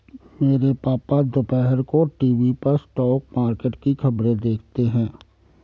मेरे पापा दोपहर को टीवी पर स्टॉक मार्केट की खबरें देखते हैं